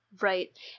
right